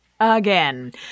Again